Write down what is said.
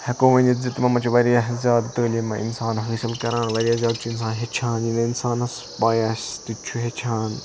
ہیٚکو ؤنِتھ زِ تمو مَنٛز چھِ واریاہ زیادٕ تعلیٖم اِنسان حٲصل کَران واریاہ زیادٕ چھُ اِنسان ہیٚچھان یِنہٕ اِنسانَس پاے آسہِ تہِ چھُ اِنسان ہیٚچھان